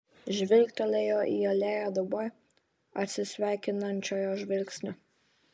žvilgtelėjo į alėją dauboj atsisveikinančiojo žvilgsniu